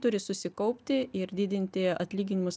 turi susikaupti ir didinti atlyginimus